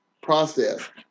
process